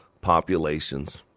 populations